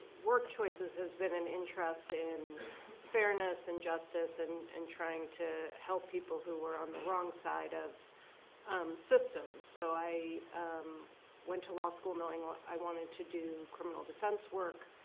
work choices has been an interest in fairness and justice and and trying to help people who were on the wrong side of systems. so i went to law school knowing i wanted to do criminal defense work.